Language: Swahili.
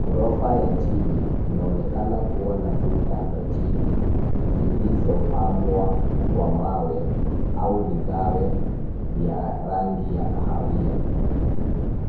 Ghorofa ya chini inaonekana kuwa na kuta za chini zilizopambwa kwa mawe au vigae vya rangi ya kahawia.